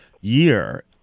year